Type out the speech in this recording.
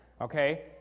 okay